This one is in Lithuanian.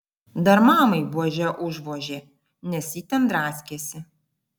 dar mamai buože užvožė nes ji ten draskėsi